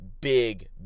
big